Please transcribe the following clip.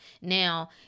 Now